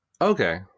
Okay